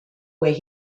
where